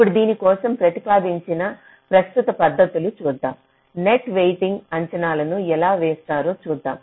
ఇప్పుడు దీని కోసం ప్రతిపాదించిన ప్రస్తుత పద్ధతులు చూద్దాం నెట్ వెయిటింగ్ అంచనాలను ఎలా వేస్తారో చూద్దాం